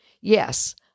Yes